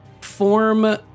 form